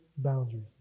Boundaries